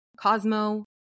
Cosmo